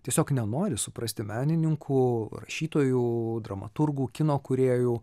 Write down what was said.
tiesiog nenori suprasti menininkų rašytojų dramaturgų kino kūrėjų